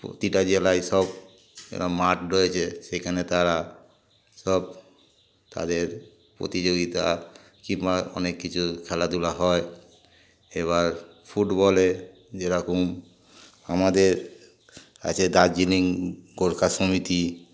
প্রতিটা জেলায় সব এম মাঠ রয়েছে সেখানে তারা সব তাদের প্রতিযোগিতা কিংবা অনেক কিছু খেলাধুলা হয় এবার ফুটবলে যেরকম আমাদের আছে দার্জিলিং গোর্খা সমিতি